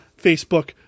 Facebook